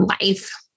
life